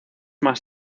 más